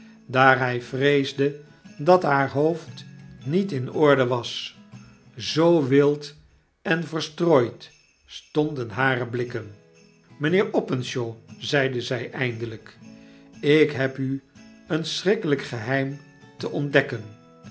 daar hij vreesde dat haar hoofd niet in orde was zoo wild en verstrooid stonden hare blikken mijnheer openshaw zeide zy eindelyk ik heb u een schrikkelyk geheim te ontdekken